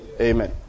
Amen